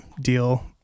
deal